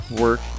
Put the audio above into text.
work